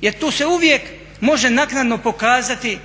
Jer to se uvijek može naknadno pokazati